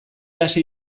hasi